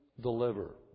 deliver